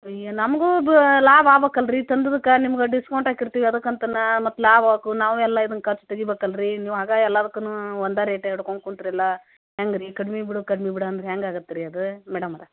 ಅಯ್ಯೋ ನಮಗೂ ಬ ಲಾಭ ಆಗ್ಬೇಕಲ್ರಿ ತಂದಿದಕ್ಕೆ ನಿಮ್ಗೆ ಡಿಸ್ಕೌಂಟ್ ಹಾಕಿರ್ತಿವಿ ಅದಕ್ಕಂತನೆ ಮತ್ತು ಲಾಭಾಕ್ಕೂ ನಾವೆಲ್ಲ ಇದನ್ನ ಖರ್ಚು ತೆಗಿಬೇಕಲ್ಲ ರೀ ನೀವು ಹಾಗೆ ಎಲ್ಲದಕ್ಕುನು ಒಂದೇ ರೇಟ್ ಹಿಡ್ಕೊಂಡ್ ಕುಂತರೆಲ್ಲ ಹೆಂಗೆ ರೀ ಕಡ್ಮೆ ಬಿಡು ಕಡ್ಮೆ ಬಿಡು ಅಂದ್ರೆ ಹೆಂಗೆ ಆಗತ್ತೆ ರೀ ಅದು ಮೇಡಮವ್ರೆ